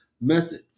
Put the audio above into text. method